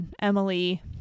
Emily